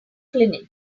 clinic